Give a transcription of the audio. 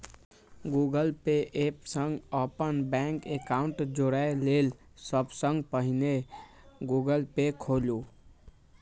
Google Pay app सं अपन bank account जोड़य लेल सबसं पहिने गूगल पे खोलू